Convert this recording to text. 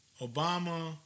Obama